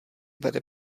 bere